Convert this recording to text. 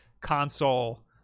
console